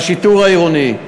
בשיטור העירוני.